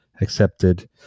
accepted